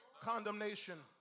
Condemnation